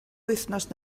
wythnos